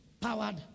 powered